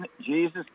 Jesus